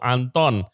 Anton